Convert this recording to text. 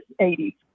80s